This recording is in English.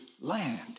land